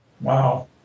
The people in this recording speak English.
Wow